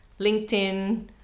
LinkedIn